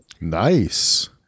Nice